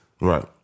right